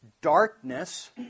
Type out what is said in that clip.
darkness